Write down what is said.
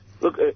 Look